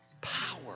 power